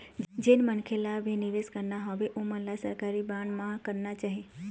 जेन मनखे ल भी निवेस करना हवय ओमन ल सरकारी बांड म करना चाही